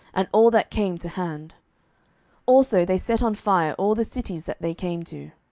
and all that came to hand also they set on fire all the cities that they came to.